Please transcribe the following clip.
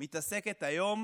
מתעסקת היום